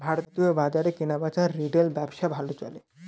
ভারতীয় বাজারে কেনাবেচার রিটেল ব্যবসা ভালো চলে